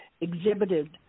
exhibited